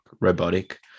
robotic